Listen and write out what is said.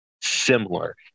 similar